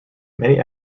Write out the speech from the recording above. many